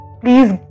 please